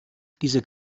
diese